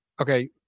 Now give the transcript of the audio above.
okay